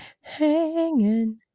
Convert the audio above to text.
hanging